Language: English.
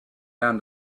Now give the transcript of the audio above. down